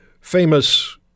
famous